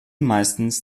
meistens